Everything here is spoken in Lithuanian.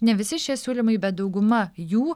ne visi šie siūlymai bet dauguma jų